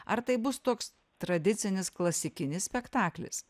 ar tai bus toks tradicinis klasikinis spektaklis